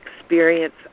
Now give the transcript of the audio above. experience